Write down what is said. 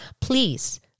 please